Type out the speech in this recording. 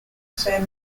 samuel